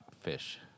fish